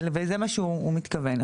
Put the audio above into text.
וזה מה שהוא מתכוון.